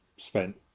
Spent